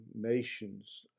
nations